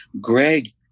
greg